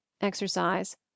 exercise